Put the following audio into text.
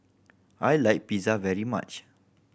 I like Pizza very much